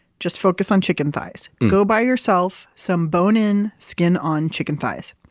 just focus on chicken thighs. go buy yourself some bone-in skin-on chicken thighs.